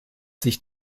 sich